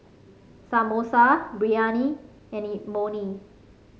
Samosa Biryani and Imoni